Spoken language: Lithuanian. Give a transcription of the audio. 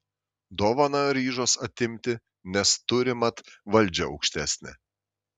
dovaną ryžos atimti nes turi mat valdžią aukštesnę